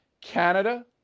Canada